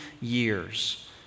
years